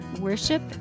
worship